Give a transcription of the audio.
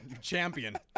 champion